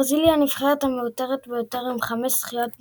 ברזיל היא הנבחרת המעוטרת ביותר עם חמש זכיות במונדיאל,